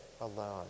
alone